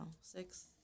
six